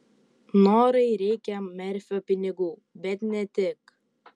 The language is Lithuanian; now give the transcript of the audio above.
norai reikia merfio pinigų bet ne tik